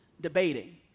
Debating